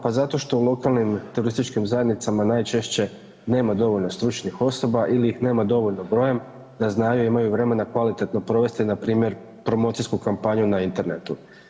Pa zato što u lokalnim turističkim zajednicama najčešće nema dovoljno stručnih osoba ili ih nema dovoljno brojem da znaju i imaju vremena kvalitetno provesti npr. promocijsku kampanju na internetu.